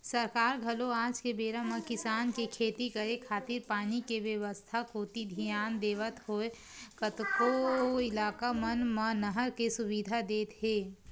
सरकार घलो आज के बेरा म किसान के खेती करे खातिर पानी के बेवस्था कोती धियान देवत होय कतको इलाका मन म नहर के सुबिधा देत हे